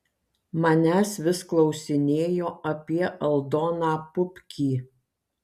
manęs vis klausinėjo apie aldoną pupkį